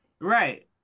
right